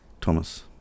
Thomas